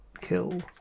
kill